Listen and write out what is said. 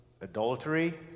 adultery